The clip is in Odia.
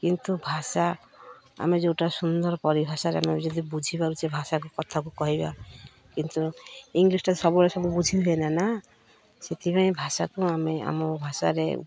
କିନ୍ତୁ ଭାଷା ଆମେ ଯେଉଁଟା ସୁନ୍ଦର ପରି ଭାଷାରେ ଆମେ ଯଦି ବୁଝିପାରୁଛେ ଭାଷାକୁ କଥାକୁ କହିବା କିନ୍ତୁ ଇଂଲିଶ୍ଟା ସବୁବେଳେ ସବୁ ବୁଝି ହୁଏନା ନା ସେଥିପାଇଁ ଭାଷାକୁ ଆମେ ଆମ ଭାଷାରେ